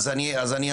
אז אני אמשיך,